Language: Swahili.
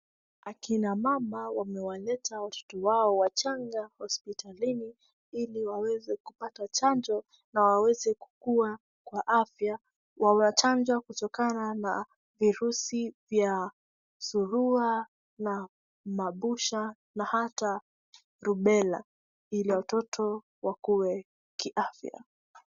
Akina mama wameleta watoto wao wachanga hospitalini ili waweze kupata chanjo na waweze kukua kwa afya wanachanjwa kutokana na virusi vya surua na mabusha na hata lubela ili watoto wakue kiafya.